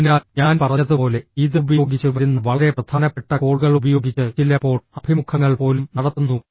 അതിനാൽ ഞാൻ പറഞ്ഞതുപോലെ ഇത് ഉപയോഗിച്ച് വരുന്ന വളരെ പ്രധാനപ്പെട്ട കോളുകൾ ഉപയോഗിച്ച് ചിലപ്പോൾ അഭിമുഖങ്ങൾ പോലും നടത്തുന്നു